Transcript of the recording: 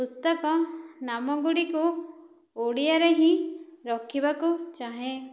ପୁସ୍ତକ ନାମ ଗୁଡ଼ିକୁ ଓଡ଼ିଆରେ ହିଁ ରଖିବାକୁ ଚାହେଁ